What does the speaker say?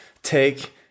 Take